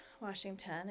Washington